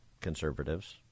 conservatives